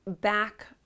back